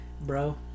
Bro